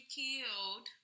killed